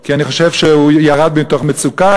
כי אני חושב שהוא ירד מתוך מצוקה,